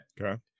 Okay